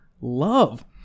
Love